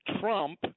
Trump –